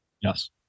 Yes